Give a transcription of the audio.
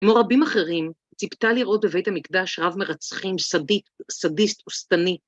כמו רבים אחרים, ציפתה לראות בבית המקדש רב מרצחים סדית, סדיסט או שטני.